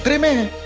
and him in